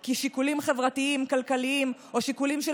כי משיקולים חברתיים-כלכליים או שיקולים של